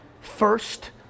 first